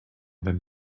than